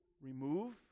remove